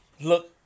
look